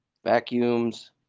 Vacuums